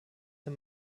der